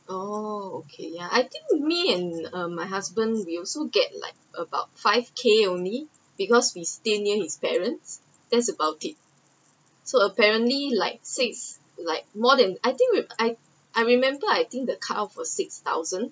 oh okay ya I think me and uh my husband we also get like about five K only because we stay near his parents that's about it so apparently like six like more than I think with I I remembered I think the cut off was six thousand